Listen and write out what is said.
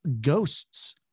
ghosts